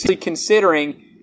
considering